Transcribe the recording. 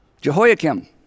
Jehoiakim